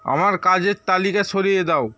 আমার কাজের তালিকা সরিয়ে দাও